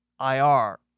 IR